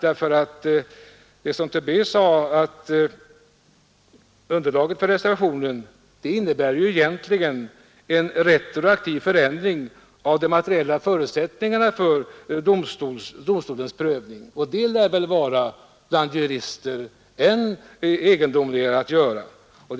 Det som herr Tobé säger betyder nämligen att underlaget för reservationen egentligen innebär en retroaktiv förändring av de materiella förutsättningarna för domstolens prövning. Detta lär väl bland jurister vara ännu betänkligare.